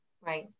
right